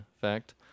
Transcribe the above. fact